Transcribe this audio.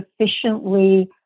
sufficiently